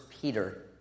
Peter